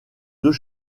deux